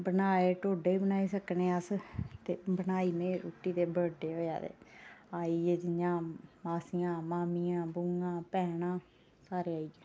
बनाए ढोडे बी बनाई सकनीं ऐ ते बनाई में रुट्टी ते बर्थ डे होआ ते आई गे जियां मासियां मामियां बूआं भैनां सारे आई गे